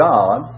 God